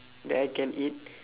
that I can eat